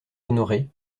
honoré